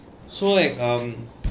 so like um